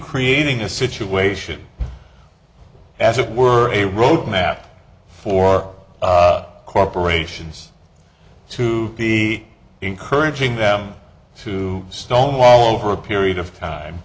creating a situation as it were a roadmap for corporations to be encouraging them to stonewall over a period of time